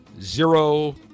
zero